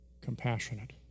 compassionate